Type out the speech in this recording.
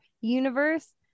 universe